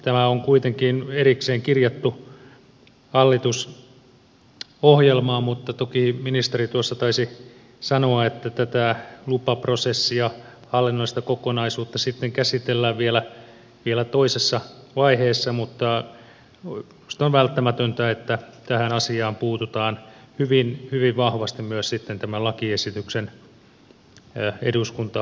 tämä on kuitenkin erikseen kirjattu hallitusohjelmaan mutta toki ministeri tuossa taisi sanoa että tätä lupaprosessia hallinnollista kokonaisuutta sitten käsitellään vielä toisessa vaiheessa mutta minusta on välttämätöntä että tähän asiaan puututaan hyvin vahvasti myös sitten tämän lakiesityksen eduskuntakäsittelyssä